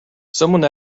someone